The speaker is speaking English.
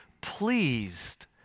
pleased